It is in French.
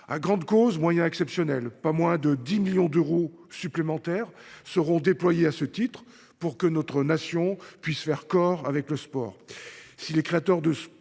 À grande cause moyens exceptionnels : pas moins de 10 millions d’euros supplémentaires seront déployés à ce titre, pour que notre nation puisse faire corps avec le sport.